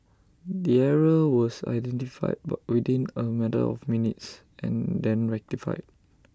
the error was identified but within A matter of minutes and then rectified